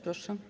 Proszę.